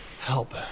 Help